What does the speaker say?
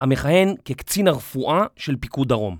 המכהן כקצין הרפואה של פיקוד דרום